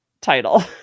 title